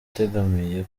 utegamiye